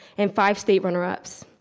and five state runner-ups.